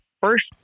first